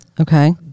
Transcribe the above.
Okay